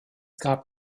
gab